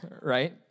right